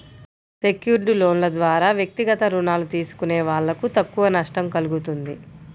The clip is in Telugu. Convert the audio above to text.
సెక్యూర్డ్ లోన్ల ద్వారా వ్యక్తిగత రుణాలు తీసుకునే వాళ్ళకు తక్కువ నష్టం కల్గుతుంది